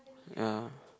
ya